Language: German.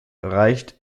reicht